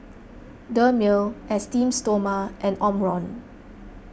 Dermale Esteem Stoma and Omron